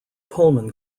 pullman